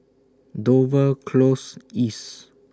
Dover Close East